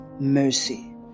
mercy